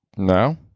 no